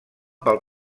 pel